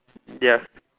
ya